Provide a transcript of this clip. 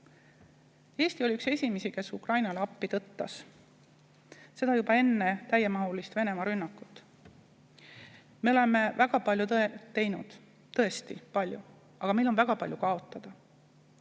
Eesti oli üks esimesi, kes Ukrainale appi tõttas. Seda juba enne Venemaa täiemahulist rünnakut. Me oleme väga palju teinud, tõesti palju, aga meil on ka väga palju kaotada.